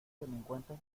delincuentes